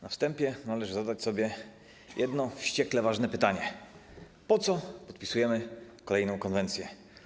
Na wstępie należy zadać sobie jedno wściekle ważne pytanie: Po co podpisujemy kolejną konwencję?